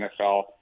NFL –